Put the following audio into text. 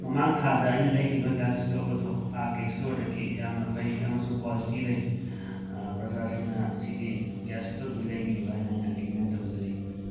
ꯃꯃꯥꯡ ꯊꯥꯗ ꯑꯩꯅ ꯂꯩꯈꯤꯕ ꯒ꯭ꯌꯥꯁ ꯁ꯭ꯇꯣꯞ ꯑꯗꯣ ꯑꯥꯔ ꯀꯦ ꯁ꯭ꯇꯣꯔꯗꯒꯤ ꯌꯥꯝꯅ ꯐꯩ ꯑꯃꯁꯨꯡ ꯀ꯭ꯋꯥꯂꯤꯇꯤ ꯂꯩ ꯄ꯭ꯔꯖꯥꯁꯤꯡꯅ ꯁꯤꯒꯤ ꯒ꯭ꯌꯥꯁ ꯁ꯭ꯇꯣꯞꯁꯤ ꯂꯩꯕꯤꯌꯨ ꯍꯥꯏꯅ ꯔꯤꯀꯃꯦꯟ ꯇꯧꯖꯔꯤ